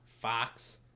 Fox